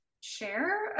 share